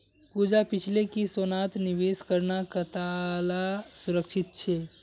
पूजा पूछले कि सोनात निवेश करना कताला सुरक्षित छे